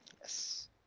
Yes